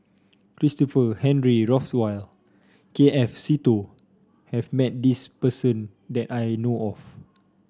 Christopher Henry Rothwell K F Seetoh have met this person that I know of